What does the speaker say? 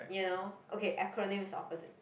you know okay acronym is the opposite